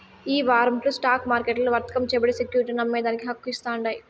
ఈ వారంట్లు స్టాక్ మార్కెట్లల్ల వర్తకం చేయబడే సెక్యురిటీలను అమ్మేదానికి హక్కు ఇస్తాండాయి